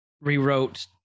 rewrote